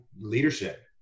leadership